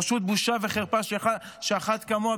פשוט בושה וחרפה שאחת כמוה,